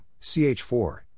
CH4